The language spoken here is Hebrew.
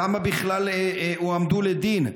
כמה בכלל הועמדו לדין?